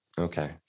Okay